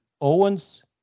Owens